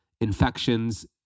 infections